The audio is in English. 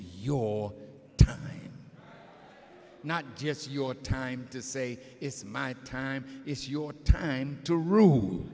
your not just your time to say it's my time it's your time to rule